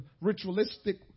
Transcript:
ritualistic